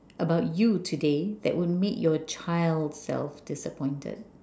about you today that will make your child self disappointed